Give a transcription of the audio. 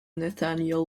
nathaniel